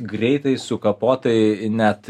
greitai sukapotai net